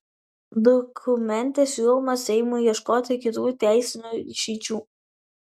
dokumente siūloma seimui ieškoti kitų teisinių išeičių